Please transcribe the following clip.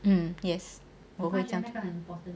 um yes 我会这样做